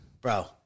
bro